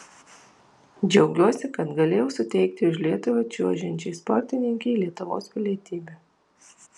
džiaugiuosi kad galėjau suteikti už lietuvą čiuožiančiai sportininkei lietuvos pilietybę